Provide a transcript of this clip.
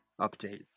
update